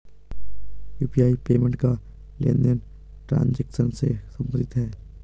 UPI payment का लेनदेन transaction से सम्बंधित है